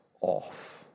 off